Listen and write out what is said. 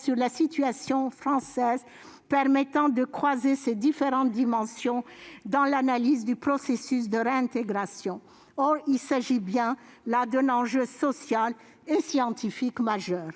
sur la situation française permettant de croiser ces différentes dimensions dans l'analyse du processus de réintégration. Or il s'agit bien là d'un enjeu social et scientifique majeur.